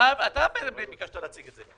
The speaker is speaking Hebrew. אתה ביקשת להציג את זה.